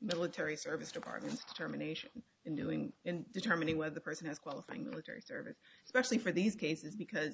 military service department terminations in doing in determining whether the person is qualifying military service especially for these cases because